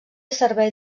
servei